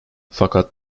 fakat